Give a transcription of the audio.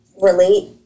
relate